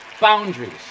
boundaries